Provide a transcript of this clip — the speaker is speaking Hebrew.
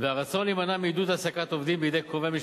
והרצון להימנע מעידוד העסקת עובדים בידי קרובי משפחה,